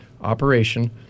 operation